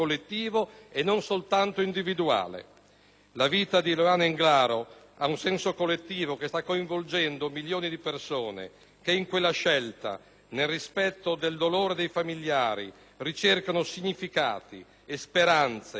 La vita di Eluana Englaro ha un senso collettivo che sta coinvolgendo milioni di persone che in quella scelta, nel rispetto del dolore dei familiari, ricercano significati e speranze anche per ritrovare quella missione che,